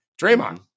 Draymond